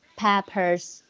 peppers